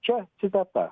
čia citata